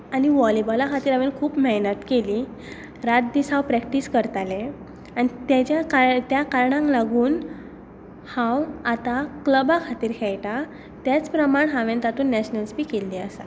आनी वॉलीबॉला खातीर हांवें खूब मेहनत केली रात दीस हांव प्रॅक्टीस करतालें आनी तेज्या कारण त्या कारणाक लागून हांव आतां क्लबा खातीर खेळटां त्याच प्रमाण हांवें तातूंत नेशनल्स बीं केल्लीं आसात